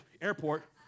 airport